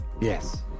yes